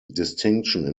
distinction